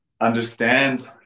understand